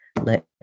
let